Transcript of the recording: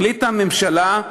החליטה הממשלה,